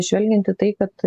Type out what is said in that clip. žvelgiant į tai kad